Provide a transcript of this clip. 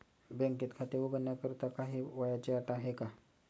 बँकेत खाते उघडण्याकरिता काही वयाची अट आहे का?